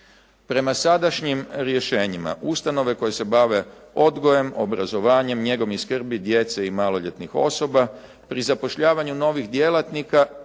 Prema sadašnjim rješenjima ustanove koje se bave odgojem, obrazovanjem, njegom i skrbi djece i maloljetnih osoba pri zapošljavanju novih djelatnika